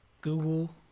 Google